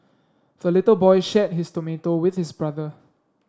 the little boy shared his tomato with his brother